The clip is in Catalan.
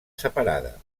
separada